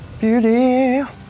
Beauty